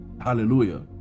Hallelujah